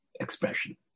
expression